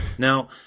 Now